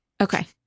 Okay